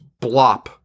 blop